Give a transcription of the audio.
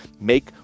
make